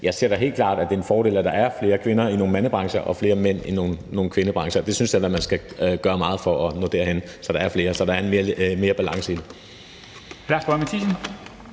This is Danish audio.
jeg ser helt klart, at det er en fordel, at der er flere kvinder i nogle mandebrancher og flere mænd i nogle kvindebrancher. Jeg synes da, at man skal gøre meget for at nå derhen, så der er mere balance i det.